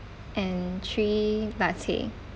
and three latte